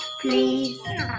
please